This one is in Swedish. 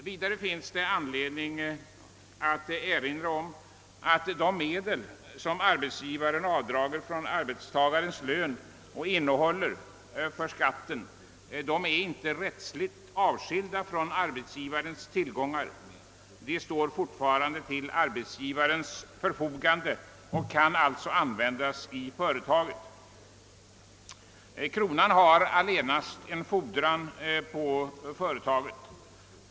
Vidare finns det anledning att erinra om att de medel, som arbetsgivaren avdrar från arbetstagares lön och innehåller för skatt, inte är rättsligt avskilda från arbetsgivarens tillgångar. De står fortfarande till arbetsgivarens förfogande och kan alltså användas i före taget. Kronan har allenast en fordran på företaget.